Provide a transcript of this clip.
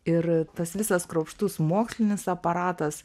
ir tas visas kruopštus mokslinis aparatas